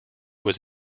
was